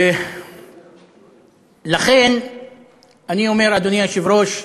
לכן אני אומר, אדוני היושב-ראש,